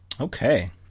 Okay